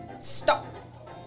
Stop